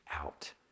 out